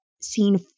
seen